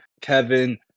Kevin